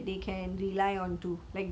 stitching lah okay